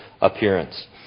appearance